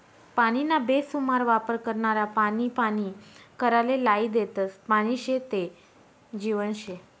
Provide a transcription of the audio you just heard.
पानीना बेसुमार वापर करनारा पानी पानी कराले लायी देतस, पानी शे ते जीवन शे